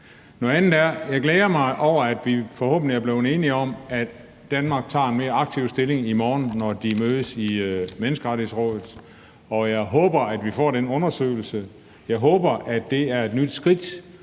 Noget andet er, at jeg glæder mig over, at vi forhåbentlig er blevet enige om, at Danmark tager en mere aktiv stilling i morgen, når de mødes i Menneskerettighedsrådet. Jeg håber, at vi får den undersøgelse; jeg håber, at det er et nyt skridt